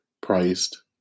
priced